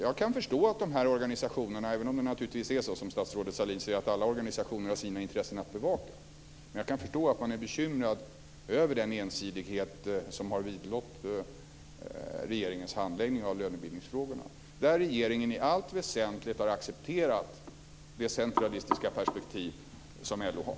Jag kan förstå att de här organisationerna - även om det naturligtvis är så, som statsrådet Sahlin säger, att alla organisationer har sina intressen att bevaka - är bekymrade över den ensidighet som har vidlått regeringens handläggning av lönebildningsfrågorna, där regeringen i allt väsentligt har accepterat det centralistiska perspektiv som LO har.